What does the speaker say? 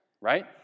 right